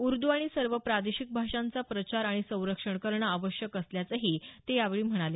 उर्द आणि सर्व प्रादेशिक भाषांचा प्रचार आणि संरक्षण करणं आवश्यक असल्याचंही ते यावेळी म्हणाले